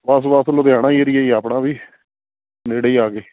ਬਸ ਬਸ ਲੁਧਿਆਣਾ ਏਰੀਆ ਹੀ ਆਪਣਾ ਵੀ ਨੇੜੇ ਹੀ ਆ ਗਏ